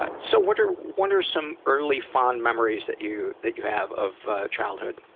ah so what are what are some early fond memories that you that you have of childhood?